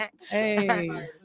hey